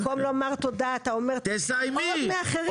אז במקום לומר תודה אתה אומר תורידי מאחרים?